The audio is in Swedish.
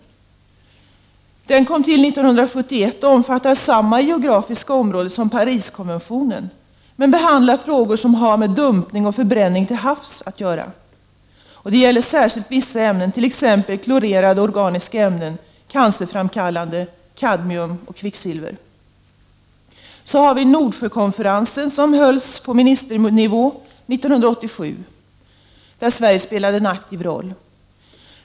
Den kom till stånd 1971 och omfattar samma geografiska område som Pariskonventionen, men behandlar frågor som har med dumpning och förbränning till havs att göra. Det gäller särskilt vissa ämnen, t.ex. klorerade organiska ämnen, cancerframkallande, kadmium och kvicksilver. Så har vi Nordsjökonferensen, som hölls på ministernivå 1987. Här spelade Sverige en aktiv roll.